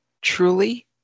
truly